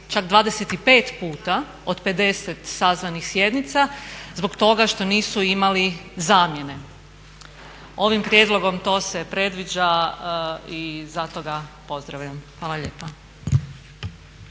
čak 25 puta od 50 sazvanih sjednica zbog toga što nisu imali zamjene. Ovim prijedlogom to se predviđa i zato ga pozdravljam. Hvala lijepa.